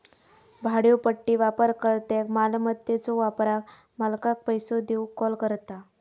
भाड्योपट्टी वापरकर्त्याक मालमत्याच्यो वापराक मालकाक पैसो देऊक कॉल करता